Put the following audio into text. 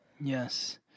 Yes